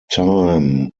time